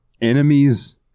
enemies